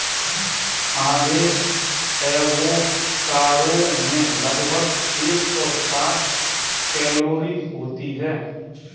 आधे एवोकाडो में लगभग एक सौ साठ कैलोरी होती है